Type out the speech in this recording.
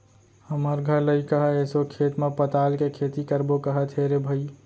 हमर घर लइका ह एसो खेत म पताल के खेती करबो कहत हे रे भई